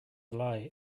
lie